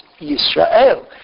Yisrael